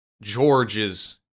George's